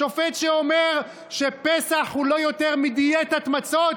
שופט שאומר שפסח הוא לא יותר מדיאטת מצות?